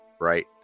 right